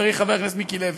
חברי חבר הכנסת מיקי לוי,